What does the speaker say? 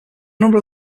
number